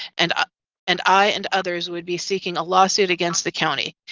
and ah and i and others would be seeking a lawsuit against the county.